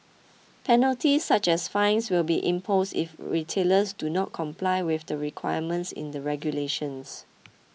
penalties such as fines will be imposed if retailers do not comply with the requirements in the regulations